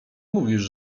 mówisz